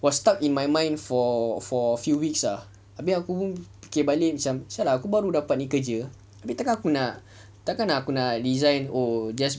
was stuck in my mind for for a few weeks ah abeh aku pun fikir balik macam [sial] ah aku baru dapat ni kerja abeh takkan aku nak takkan aku nak resign oh just